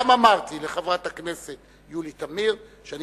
גם אמרתי לחברת הכנסת יולי תמיר שאני